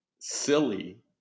Silly